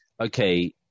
okay